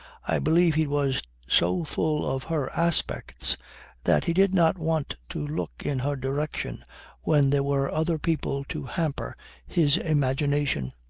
i believe he was so full of her aspects that he did not want to look in her direction when there were other people to hamper his imagination.